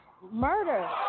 murder